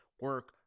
Work